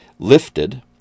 lifted